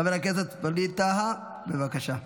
חבר הכנסת ווליד טאהא, בבקשה.